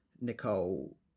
Nicole